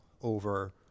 over